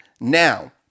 Now